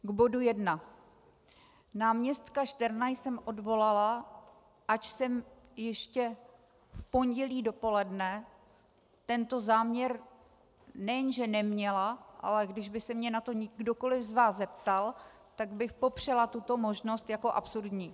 K bodu 1. Náměstka Šterna jsem odvolala, ač jsem ještě v pondělí dopoledne tento záměr nejenže neměla, ale kdyby se mě na to kdokoliv z vás zeptal, tak bych popřela tuto možnost jako absurdní.